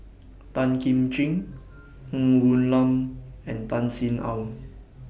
Tan Kim Ching Ng Woon Lam and Tan Sin Aun